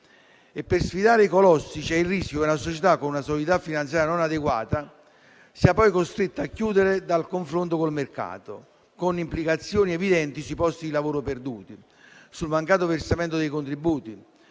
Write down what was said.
E per sfidare i colossi c'è il rischio che una società con una solidità finanziaria non adeguata sia poi costretta a chiudere dal confronto col mercato, con implicazioni evidenti sui posti di lavoro perduti, sul mancato versamento dei contributi,